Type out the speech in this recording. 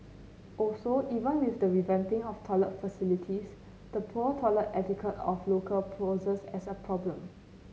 also even with the revamping of toilet facilities the poor toilet etiquette of local poses as a problem